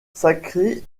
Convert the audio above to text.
sacré